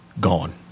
gone